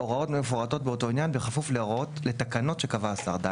הוראות מפורטות באותו עניין בכפוף לתקנות שקבע השר.